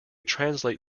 translate